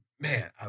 Man